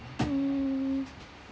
mm